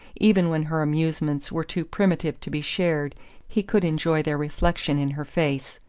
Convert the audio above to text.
even when her amusements were too primitive to be shared he could enjoy their reflection in her face.